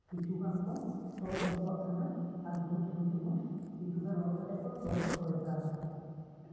ᱠᱤᱪᱷᱩ ᱜᱟᱱ ᱠᱚ ᱛᱚᱞ ᱫᱚᱦᱚ ᱠᱟᱜ ᱠᱟᱱᱟ ᱟᱨ ᱵᱳᱭ ᱛᱷᱩᱨᱩ ᱛᱮᱦᱚᱸ ᱠᱤᱪᱷᱩ ᱜᱟᱱ ᱚᱞ ᱠᱟᱛᱮᱜ ᱛᱚᱞ ᱫᱚᱦᱚᱭᱮᱫᱟ